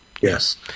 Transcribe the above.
yes